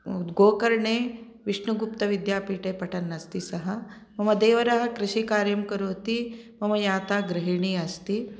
गोकर्णे विष्णुगुप्तविद्यापीठे पठन्नस्ति सः मम देवरः कृषिकार्यं करोति मम याता गृहिणी अस्ति